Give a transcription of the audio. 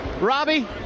Robbie